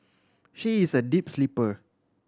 she is a deep sleeper